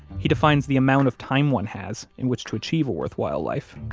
he defines the amount of time one has in which to achieve a worthwhile life